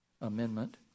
amendment